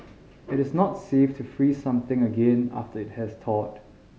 it is not safe to freeze something again after it has thawed